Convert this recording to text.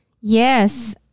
yes